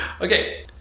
Okay